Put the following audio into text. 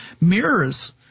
Mirrors